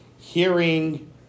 hearing